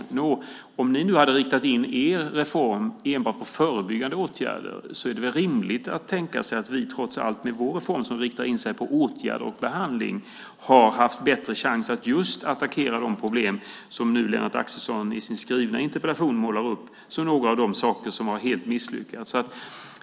Nå, om ni nu hade riktat in er reform enbart på förebyggande åtgärder är det väl rimligt att tänka sig att vi trots allt med vår reform, som riktar in sig på åtgärder och behandling, har en bättre chans att just attackera de problem som Lennart Axelsson i sin skrivna interpellation nu målar upp som några av de saker som helt har misslyckats.